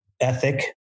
ethic